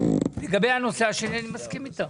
לגבי הנושא השני אני מסכים איתך.